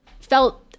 felt